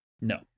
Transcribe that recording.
No